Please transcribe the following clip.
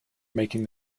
making